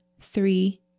three